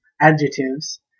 adjectives